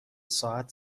ساعت